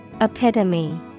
Epitome